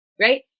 Right